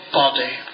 body